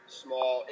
small